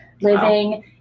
living